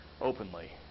openly